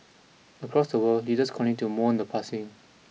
across the world leaders continued to moan the passing